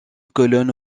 colonnes